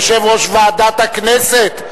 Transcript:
יושב-ראש ועדת הכנסת,